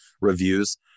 reviews